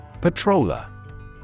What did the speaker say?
Patroller